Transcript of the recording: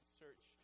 search